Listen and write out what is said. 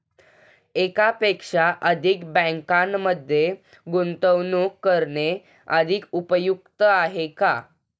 एकापेक्षा अधिक बँकांमध्ये गुंतवणूक करणे अधिक उपयुक्त आहे का?